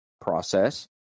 process